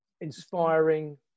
inspiring